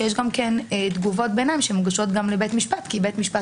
יש גם תגובות ביניים שמוגשות לבית משפט כי בית משפט